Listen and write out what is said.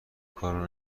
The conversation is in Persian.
کارو